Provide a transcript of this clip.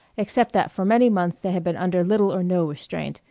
except that for many months they had been under little or no restraint,